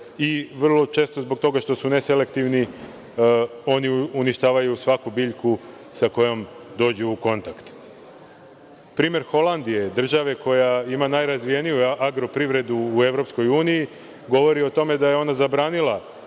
i vrlo često zbog toga što su neselektivni oni uništavaju svaku biljku sa kojom dođu u kontakt. Primer Holandije, države koja ima najrazvijeniju agroprivredu u Evropskoj uniji govori o tome da je ona zabranila